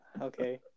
Okay